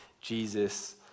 jesus